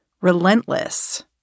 relentless